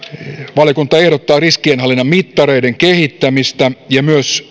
valiokunta ehdottaa riskienhallinnan mittareiden kehittämistä ja myös